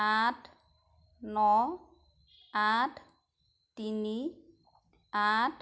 আঠ ন আঠ তিনি আঠ